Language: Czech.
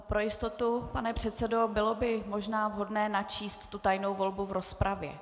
Pro jistotu, pane předsedo, bylo by možná vhodné načíst tu tajnou volbu v rozpravě.